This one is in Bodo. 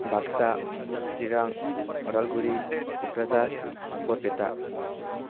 बाक्सा चिरां उदालगुरि क'क्राझार बरपेता